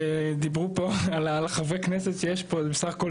ודיברו פה על חברי כנסת שיש פה, זה בסך הכל